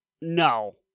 No